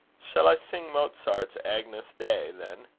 shall i sing mozart's agnus dei, then?